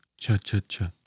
Cha-cha-cha